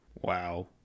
Wow